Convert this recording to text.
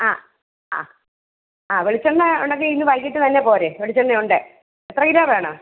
ആ ആ ആ വെളിച്ചെണ്ണ ഉണ്ടെങ്കിൽ ഇന്ന് വൈകിട്ട് തന്നെ പോരുക വെളിച്ചെണ്ണയുണ്ട് എത്ര കിലോ വേണം